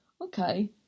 okay